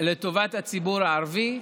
לטובת הציבור הערבי.